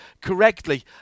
correctly